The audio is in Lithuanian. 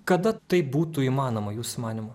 kada tai būtų įmanoma jūsų manymu